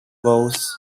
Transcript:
vows